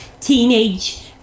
teenage